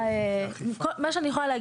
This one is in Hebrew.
הדברים ברורים.